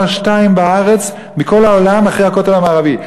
שתיים בארץ מכל העולם אחרי הכותל המערבי.